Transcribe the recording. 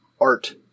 art